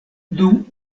dum